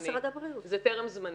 זה טרם זמני.